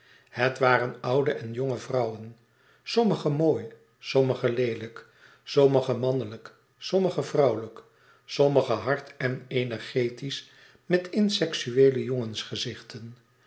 het waren oude en jonge vrouwen sommige mooi sommige leelijk sommige mannelijk sommige vrouwelijk sommige hard en energiesch met inseksueele